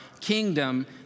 kingdom